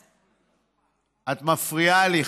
את מפריעה לי,